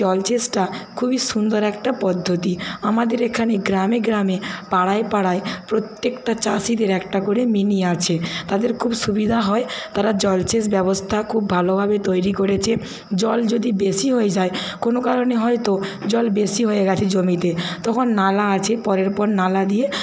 জলসেচটা খুবই সুন্দর একটা পদ্ধতি আমাদের এখানে গ্রামে গ্রামে পাড়ায় পাড়ায় প্রত্যেকটা চাষিদের একটা করে মিনি আছে তাদের খুব সুবিধা হয় তারা জলসেচ ব্যবস্থা খুব ভালোভাবে তৈরি করেছে জল যদি বেশি হয়ে যায় কোনো কারণে হয়তো জল বেশি হয়ে গেছে জমিতে তখন নালা আছে পরের পর নালা দিয়ে